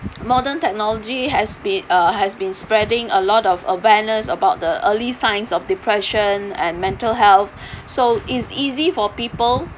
modern technology has been uh has been spreading a lot of awareness about the early signs of depression and mental health so it's easy for people